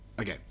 Okay